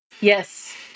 Yes